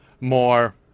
more